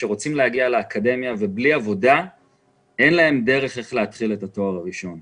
שרוצים להגיע לאקדמיה ובלי עבודה אין להם דרך להתחיל את התואר הראשון.